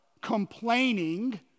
complaining